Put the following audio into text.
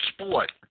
sport